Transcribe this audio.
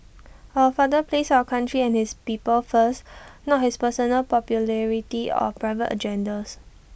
our father placed our country and his people first not his personal popularity or private agendas